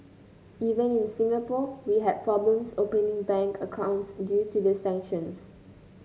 even in Singapore we had problems opening bank accounts due to the sanctions